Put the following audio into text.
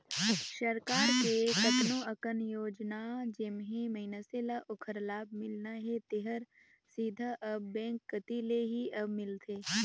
सरकार के कतनो अकन योजना जेम्हें मइनसे ल ओखर लाभ मिलना हे तेहर सीधा अब बेंक कति ले ही अब मिलथे